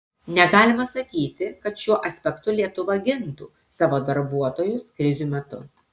negalima sakyti kad šiuo aspektu lietuva gintų savo darbuotojus krizių metu